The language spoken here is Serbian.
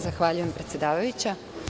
Zahvaljujem, predsedavajuća.